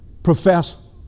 profess